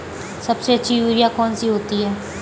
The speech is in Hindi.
सबसे अच्छी यूरिया कौन सी होती है?